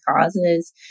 causes